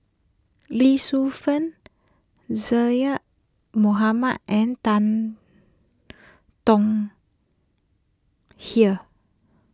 Lee Shu Fen Zaqy Mohamad and Tan Tong Hye